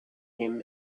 him